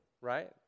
right